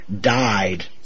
died